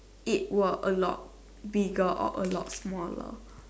it will a lot bigger or a lot smaller